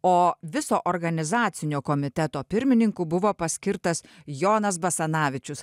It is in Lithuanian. o viso organizacinio komiteto pirmininku buvo paskirtas jonas basanavičius